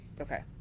Okay